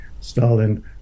Stalin